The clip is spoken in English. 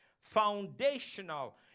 foundational